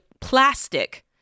plastic